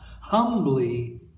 humbly